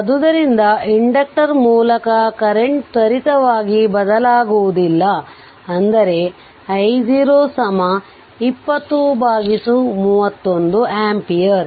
ಆದ್ದರಿಂದ ಇಂಡಕ್ಟರ್ ಮೂಲಕ ಕರೆಂಟ್ ತ್ವರಿತವಾಗಿ ಬದಲಾಗುವುದಿಲ್ಲ ಅಂದರೆ I0 2031 ಆಂಪಿಯರ್